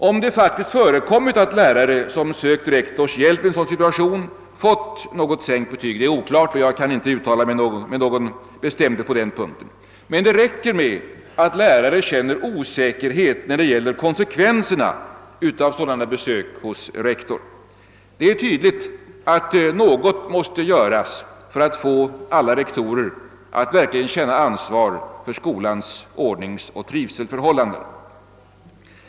Om det faktiskt förekommit att lärare, som sökt rektors hjälp i en sådan situation, haft denna erfarenhet är oklart, och jag kan inte uttala mig med någon bestämdhet på den punkten, men det räcker med att en lärare känner osäkerhet när det gäller konsekvenserna av sådana besök hos rektor. Det är tydligt att något måste göras för att få alla rektorer att verkligen känna ansvar för skolans ordningsoch trivselförhållanden.